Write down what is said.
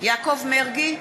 יעקב מרגי,